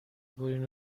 برین